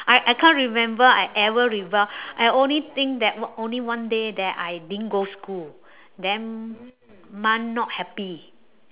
I I can't remember I ever rebel I only think that what only one day that I didn't go school then mum not happy